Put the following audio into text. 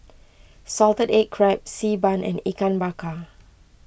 Salted Egg Crab Xi Ban and Ikan Bakar